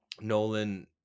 nolan